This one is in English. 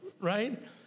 right